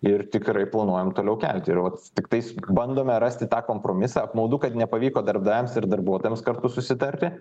ir tikrai planuojam toliau kelti ir vat tiktais bandome rasti tą kompromisą apmaudu kad nepavyko darbdaviams ir darbuotojams kartu susitarti